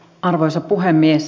arvoisa puhemies